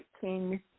King